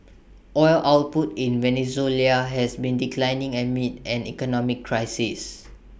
oil output in Venezuela has been declining amid an economic crisis